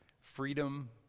Freedom